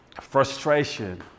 frustration